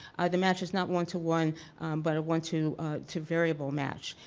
the match is not one to one but a one to to variable match.